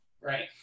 right